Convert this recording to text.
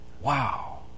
Wow